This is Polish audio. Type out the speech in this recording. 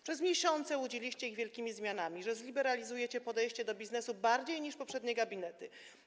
Przez miesiące łudziliście ich wielkimi zmianami, tym, że zliberalizujecie podejście do biznesu bardziej niż poprzednie gabinety.